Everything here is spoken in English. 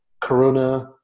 corona